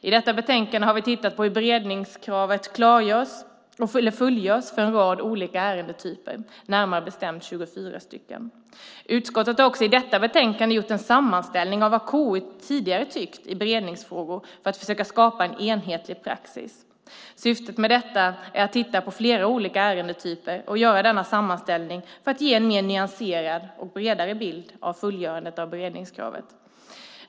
I detta betänkande har vi tittat på hur beredningskravet fullgörs för en rad olika ärendetyper, närmare bestämt 24 stycken. Utskottet har också i detta betänkande gjort en sammanställning av vad KU tidigare tyckt i beredningsfrågor för att försöka skapa en enhetlig praxis. Syftet med detta är att titta på flera olika ärendetyper och göra denna sammanställning för att ge en mer nyanserad och bredare bild av fullgörandet av beredningskravet.